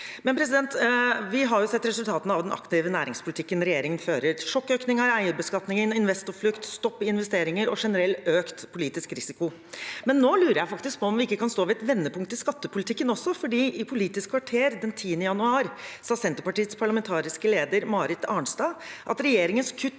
lenger. Vi har sett resultatene av den aktive næringspolitikken regjeringen fører: sjokkøkningen i eierbeskatningen, investorflukt, stopp i investeringer og generelt økt politisk risiko. Men nå lurer jeg faktisk på om vi kan stå ved et vendepunkt i skattepolitikken, for i Politisk kvarter den 10. januar sa Senterpartiets parlamentariske leder, Marit Arnstad, at regjeringens kutt